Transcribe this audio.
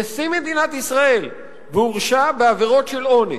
נשיא מדינת ישראל והורשע בעבירות של אונס.